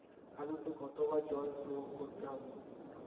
আলুতে কতো বার জল প্রয়োগ করতে হবে?